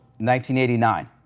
1989